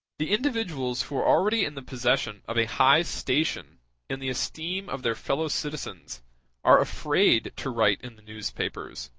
the individuals who are already in the possession of a high station in the esteem of their fellow-citizens are afraid to write in the newspapers,